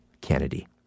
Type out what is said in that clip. Kennedy